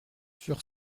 sur